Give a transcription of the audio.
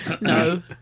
No